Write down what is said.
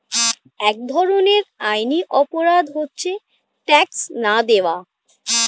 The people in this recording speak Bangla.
এক ধরনের আইনি অপরাধ হচ্ছে ট্যাক্স না দেওয়া